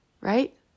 Right